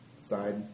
side